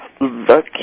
look